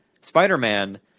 Spider-Man